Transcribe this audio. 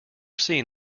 seen